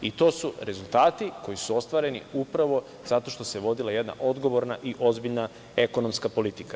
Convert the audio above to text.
I to su rezultati koji su ostvareni upravo zato što se vodila jedna odgovorna i ozbiljna ekonomska politika.